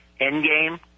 Endgame